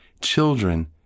children